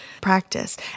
practice